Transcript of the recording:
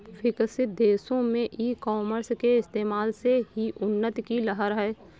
विकसित देशों में ई कॉमर्स के इस्तेमाल से ही उन्नति की लहर है